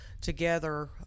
together